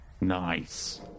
Nice